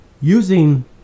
Using